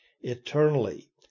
eternally